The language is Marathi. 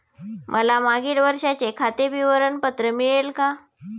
मला मागील वर्षाचे खाते विवरण पत्र मिळेल का?